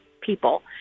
people